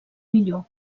millor